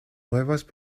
nuevas